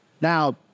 now